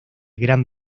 gran